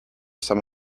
some